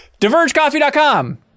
DivergeCoffee.com